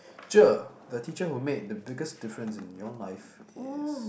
sure the teacher who made the biggest difference in your life is